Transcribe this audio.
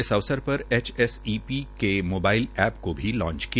इस अवसर पर एचएसइपी के मोबाईल एप को भी लांच किया